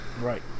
Right